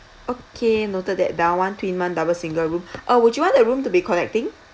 okay noted that down one twin one double single room uh would you want the room to be connecting